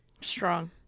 Strong